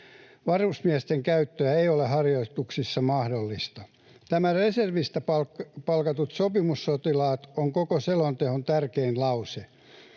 Varusmiesten käyttö ei ole harjoituksissa mahdollista. Tämä ”reservistä palkatut sopimussotilaat” on koko selonteon tärkein lause.